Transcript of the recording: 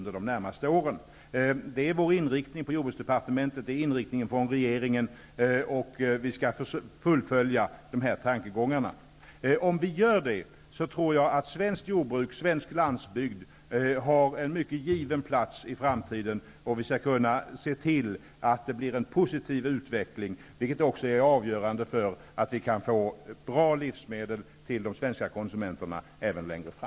Detta är jordbruksdepartementets och regeringens inriktning, och vi skall fullfölja dessa tankegångar. Om vi gör det tror jag att svenskt jordbruk och svensk landsbygd har en given plats i framtiden och att vi skall kunna få till stånd en posiv utveckling, vilket också är avgörande för att vi i en framtid kan få fram bra livsmedel till de svenska konsumenterna.